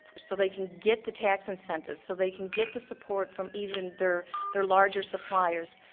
so they can get the tax incentives, so they can get the support from even their their larger suppliers,